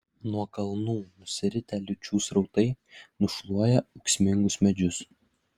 nuo kalnų nusiritę liūčių srautai nušluoja ūksmingus medžius